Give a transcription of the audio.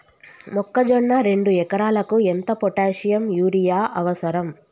మొక్కజొన్న రెండు ఎకరాలకు ఎంత పొటాషియం యూరియా అవసరం?